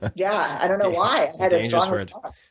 yeah, i don't know why i had a strong response.